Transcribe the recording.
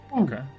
Okay